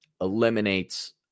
eliminates